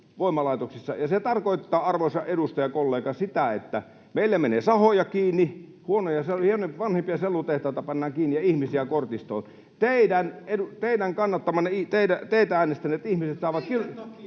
se tarkoittaa, arvoisa edustajakollega, sitä, että meillä menee sahoja kiinni, vanhimpia sellutehtaita pannaan kiinni ja ihmisiä kortistoon. Teidän kannattajanne, teitä äänestäneet